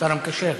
השר המקשר.